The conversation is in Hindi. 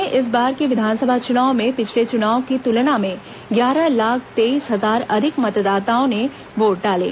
प्रदेश में इस बार के विधानसभा चुनाव में पिछले चुनाव की तुलना में ग्यारह लाख तेईस हजार अधिक मतदाताओं ने वोट डाले